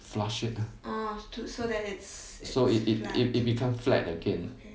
flush it ah so it it it it become flat again